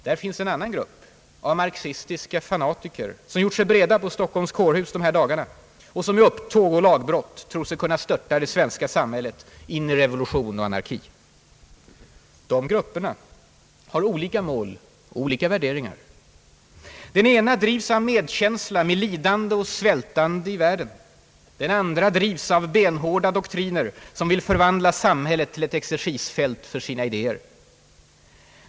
Där finns en annan grupp av marxistiska fanatiker, som har gjort sig breda på Stockholms kårhus dessa dagar, och som genom upptåg och lagbrott tror sig kunna störta det svenska samhället in i revolution och anarki. Dessa grupper har olika mål och olika värderingar. Den ena drivs av medkänsla med lidande och svältande människor i världen. Den andra drivs av benhårda doktriner, som vill förvandla samhället till ett exercisfält för sina idéer.